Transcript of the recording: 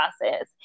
process